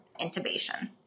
intubation